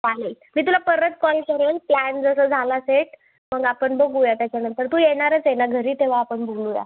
चालेल मी तुला परत कॉल करेन प्लॅन जसा झाला सेट मग आपण बघूया त्याच्यानंतर तू येणारच आहे ना घरी तेव्हा आपण बघूया